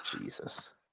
Jesus